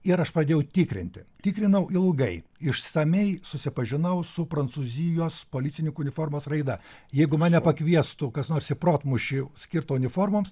ir aš pradėjau tikrinti tikrinau ilgai išsamiai susipažinau su prancūzijos policininkų uniformos raida jeigu mane pakviestų kas nors į protmūšį skirtą uniformoms